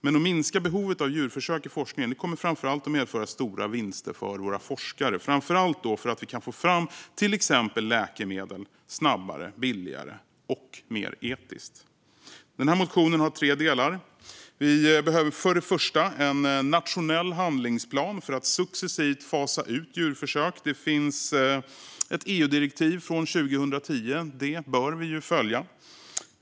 Men att minska behovet av djurförsök i forskningen kommer framför allt att medföra stora vinster för våra forskare, främst därför att vi kan få fram exempelvis läkemedel snabbare, billigare och mer etiskt. Motionen har tre delar. Vi behöver för det första en nationell handlingsplan för att successivt fasa ut djurförsök. Det finns ett EU-direktiv från 2010; det bör vi följa.